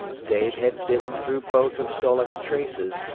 dave had bitten through both of sol-leks's traces,